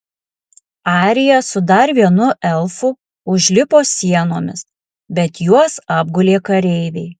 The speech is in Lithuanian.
arija su dar vienu elfu užlipo sienomis bet juos apgulė kareiviai